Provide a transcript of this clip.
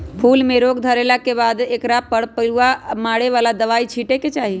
फूल में रोग धरला के बाद एकरा पर पिलुआ मारे बला दवाइ छिटे के चाही